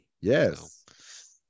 Yes